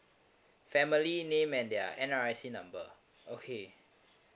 family name and their NRIC number okay